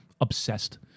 obsessed